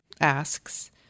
asks